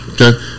Okay